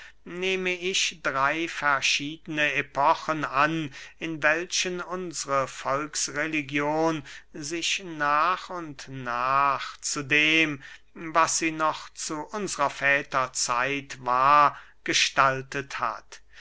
nehme ich drey verschiedene epochen an in welchen unsre volksreligion sich nach und nach zu dem was sie noch zu unsrer väter zeit war gestaltet hat